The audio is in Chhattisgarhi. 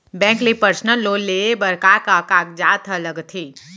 बैंक ले पर्सनल लोन लेये बर का का कागजात ह लगथे?